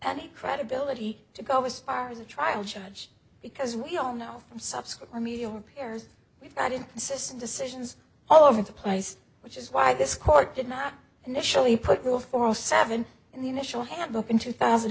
any credibility to go as far as a trial judge because we all know from subsequent media repairs we've got inconsistent decisions all over the place which is why this court did not initially put rule four seven in the initial handbook in two thousand